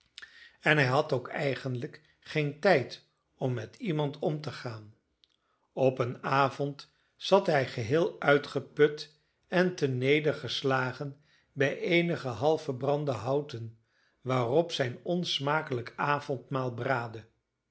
en hij had ook eigenlijk geen tijd om met iemand om te gaan op een avond zat hij geheel uitgeput en ternedergeslagen bij eenige half verbrande houten waarop zijn onsmakelijk avondmaal braadde